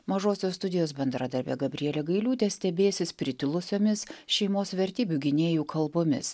mažosios studijos bendradarbė gabrielė gailiūtė stebėsis pritilusiomis šeimos vertybių gynėjų kalbomis